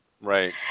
Right